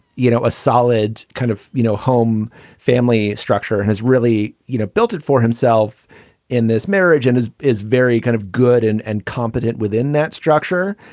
you know, a solid kind of, you know, home family structure has really, you know, built it for himself in this marriage and it is very kind of good and and competent within that structure.